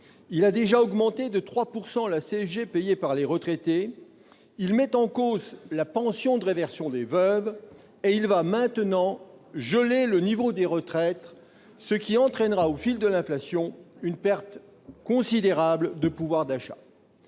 Il a déjà augmenté de 3 % la CSG payée par les retraités, il met en cause la pension de réversion des veuves et il va maintenant geler le niveau des retraites, ce qui entraînera, au fil de l'inflation, une perte considérable de pouvoir d'achat.